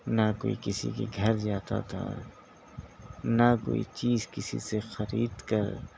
نہ کوئی کسی کے گھر جاتا تھا نہ کوئی چیز کسی سے خرید کر